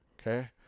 Okay